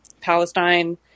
Palestine